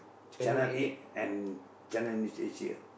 channel-eight and Channel-News-Asia